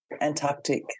Antarctic